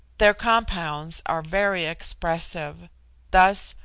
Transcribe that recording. their compounds are very expressive thus,